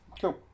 cool